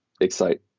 excite